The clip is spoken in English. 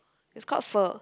is called pho